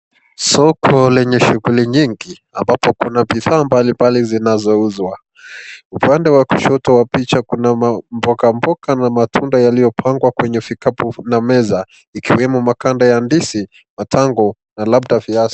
Soko lenye shighuli nyingi ambapo kuna vifaa mbalimbali zinazo uzwa, upande wa kushoto wa picha kuna mboga mboga na matunda yaliyo pangwa kwa kwenye vikabu na meza, ikiwemo maganda ya ndizi, matango na labda viazi.